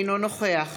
אינו נוכח